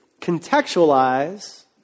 Contextualize